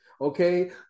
okay